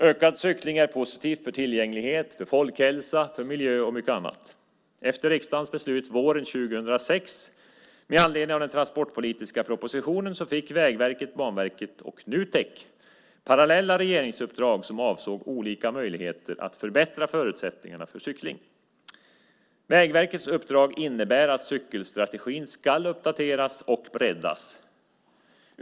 Ökad cykling är positivt för tillgänglighet, folkhälsa, miljö och mycket annat. Efter riksdagens beslut våren 2006 med anledning av den transportpolitiska propositionen fick Vägverket, Banverket och Nutek parallella regeringsuppdrag som avsåg olika möjligheter att förbättra förutsättningarna för cykling. Vägverkets uppdrag innebär att cykelstrategin ska uppdateras och breddas.